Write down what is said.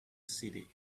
city